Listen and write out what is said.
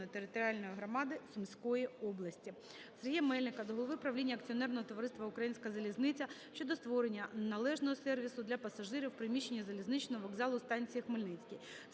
територіальної громади Сумської області. Сергія Мельника до голови правління акціонерного товариства "Українська залізниця" щодо створення належного сервісу для пасажирів в приміщенні залізничного вокзалу станції Хмельницький.